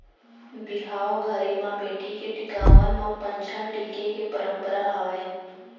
बिहाव घरी म बेटी के टिकावन म पंचहड़ टीके के परंपरा हावय